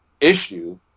issue